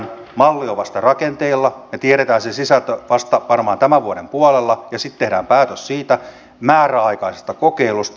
malli on vasta rakenteilla ja tiedetään sen sisältö vasta varmaan tämän vuoden puolella ja sitten tehdään päätös siitä määräaikaisesta kokeilusta